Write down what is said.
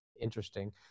interesting